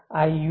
આ UU